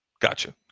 gotcha